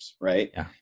right